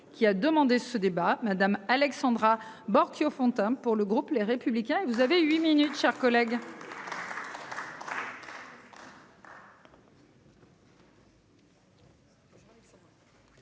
qui a demandé ce débat madame Alexandra Borchio-Fontimp pour le groupe. Les républicains et vous avez 8 minutes, chers collègues.